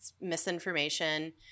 misinformation